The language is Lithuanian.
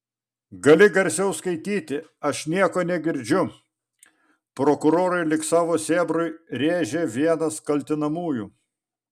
gali garsiau skaityti aš nieko negirdžiu prokurorui lyg savo sėbrui rėžė vienas kaltinamųjų